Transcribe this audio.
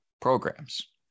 programs